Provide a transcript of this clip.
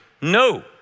No